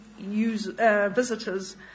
visitors